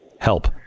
help